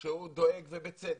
שהוא דואג, ובצדק,